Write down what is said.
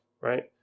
right